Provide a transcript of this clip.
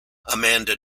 amanda